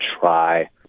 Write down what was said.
try